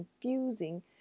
confusing